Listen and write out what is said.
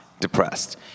depressed